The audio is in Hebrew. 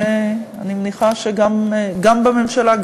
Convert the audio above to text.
אני מניחה שגם בממשלה,